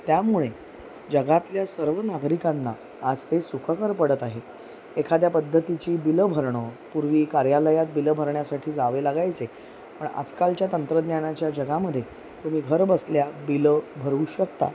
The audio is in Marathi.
त्यामुळे जगातल्या सर्व नागरिकांना आज ते सुखकर पडत आहे एखाद्या पद्धतीची बिलं भरणं पूर्वी कार्यालयात बिलं भरण्यासाठी जावे लागायचे पण आजकालच्या तंत्रज्ञानाच्या जगामधे तुम्ही घरबसल्या बिलं भरवू शकता